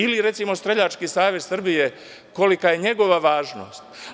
Ili, recimo, Streljački savez Srbije, kolika je njegova važnost.